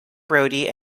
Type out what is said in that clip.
brody